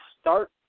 start